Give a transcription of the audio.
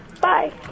bye